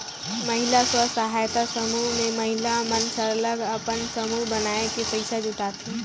महिला स्व सहायता समूह में महिला मन सरलग अपन समूह बनाए के पइसा जुटाथें